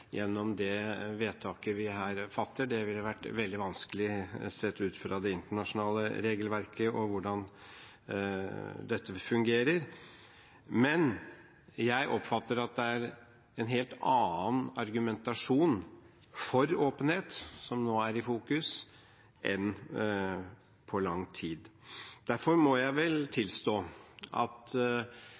det vedtaket vi her fatter. Det ville vært veldig vanskelig ut fra det internasjonale regelverket og hvordan det fungerer. Men jeg oppfatter at det er en helt annen argumentasjon for åpenhet som nå er i fokus, enn det har vært på lang tid. Derfor må jeg tilstå at